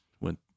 went